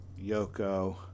Yoko